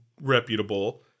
reputable